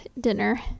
dinner